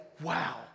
wow